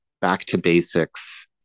back-to-basics